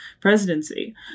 presidency